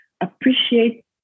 appreciate